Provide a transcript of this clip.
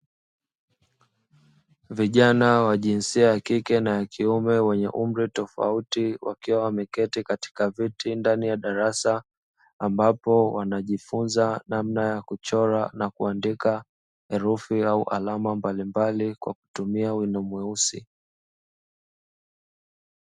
Vijana wa jinsia ya kike na ya kiume wenye umri tofauti wakiwa wameketi katika viti ndani ya darasa, ambapo wanajifunza namna ya kuchora na kuandika herufi au alama mbalimbali kwa kutumia wino mweusi.